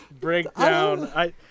Breakdown